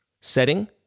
setting